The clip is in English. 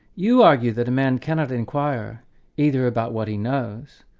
you argue that a man cannot enquire either about what he knows,